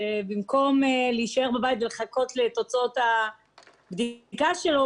שבמקום להישאר בבית ולחכות לתוצאות הבדיקה שלו,